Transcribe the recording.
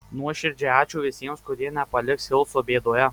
nuoširdžiai ačiū visiems kurie nepaliks hilso bėdoje